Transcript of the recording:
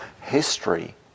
history